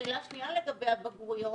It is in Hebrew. שאלה שנייה לגבי הבגרויות,